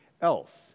else